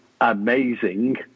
Amazing